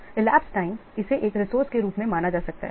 तो elapsed time इसे एक रिसोर्से के रूप में माना जा सकता है